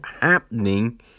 happening